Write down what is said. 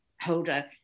holder